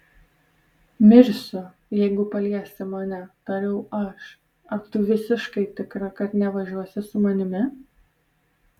mirsiu jeigu paliesi mane tariau aš ar tu visiškai tikra kad nevažiuosi su manimi